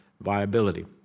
viability